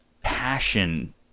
passion